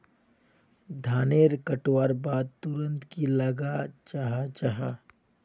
धानेर कटवार बाद तुरंत की लगा जाहा जाहा?